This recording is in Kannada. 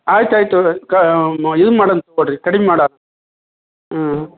ಆಯ್ತು ಆಯಿತು ಇದು ಮಾಡೋಣ ತಗೊಳ್ಳಿರಿ ಕಡಿಮೆ ಮಾಡಿ ಹಾಂ